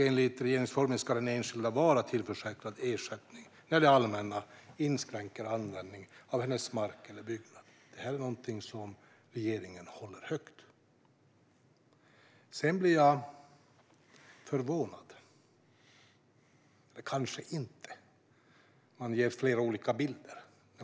Enligt regeringsformen ska den enskilda vara tillförsäkrad ersättning när det allmänna inskränker användning av hennes mark eller byggnad. Det här är någonting som regeringen håller högt. Jag blir förvånad - eller kanske inte egentligen - när man ger flera olika bilder.